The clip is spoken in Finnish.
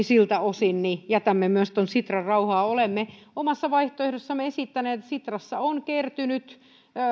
siltä osin jätämme myös sitran rauhaan olemme omassa vaihtoehdossamme esittäneet että sitrassa on kertynyt